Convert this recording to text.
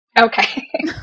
Okay